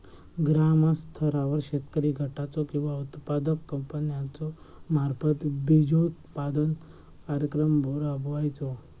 ग्रामस्तरावर शेतकरी गटाचो किंवा उत्पादक कंपन्याचो मार्फत बिजोत्पादन कार्यक्रम राबायचो?